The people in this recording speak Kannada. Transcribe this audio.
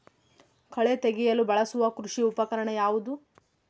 ಕಳೆ ತೆಗೆಯಲು ಬಳಸುವ ಕೃಷಿ ಉಪಕರಣ ಯಾವುದು?